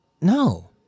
No